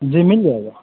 जी मिल जाएगा